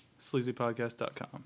sleazypodcast.com